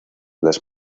las